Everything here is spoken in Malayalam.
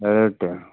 ചെറിയ പട്ടിയാണ്